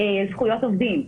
זכויות עובדים.